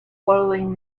following